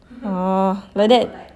orh like that